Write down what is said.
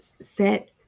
set